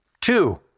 Two